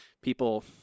people